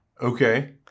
Okay